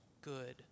good